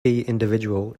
individual